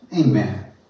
Amen